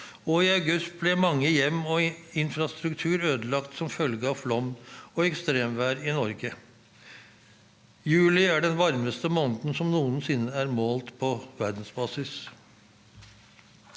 og i august ble mange hjem og mye infrastruktur ødelagt som følge av flom og ekstremvær i Norge. Juli er den varmeste måneden som noensinne er målt på verdensbasis.